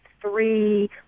three